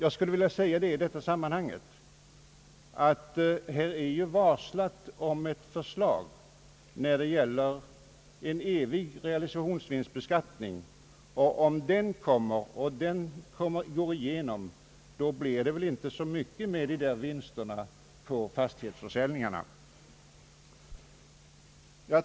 I detta sammanhang bör väl nämnas att det har varslats om ett förslag beträffande en evig realisationsvinstbeskattning, och om det förslaget läggs fram och går igenom blir det väl inte så mycket med dessa vinster på fastighetsförsäljningarna.